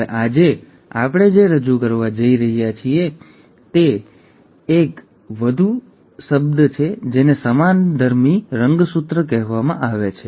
હવે આજે આપણે જે રજૂ કરવા જઈ રહ્યા છીએ તે વધુ એક શબ્દ છે જેને સમાનધર્મી રંગસૂત્ર કહેવામાં આવે છે